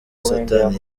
satani